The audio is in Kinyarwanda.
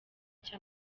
cya